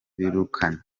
birukanywe